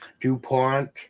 DuPont